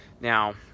Now